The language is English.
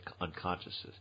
unconsciousness